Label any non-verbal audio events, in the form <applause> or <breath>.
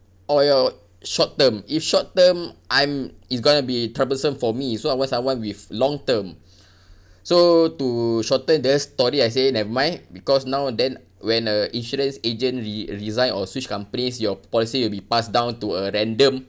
or you're short term if short term I'm is going to be troublesome for me so I want someone with long term <breath> so to shorten the story I say never mind because now then when a insurance agent re~ resigned or switch companies your policy will be passed down to a random